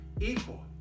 equal